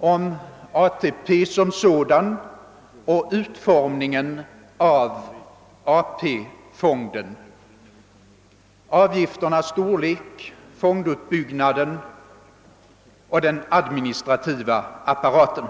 om ATP som sådan och utformningen av AP-fonden: avgifternas storlek, fondutbyggnaden och den administrativa apparaten.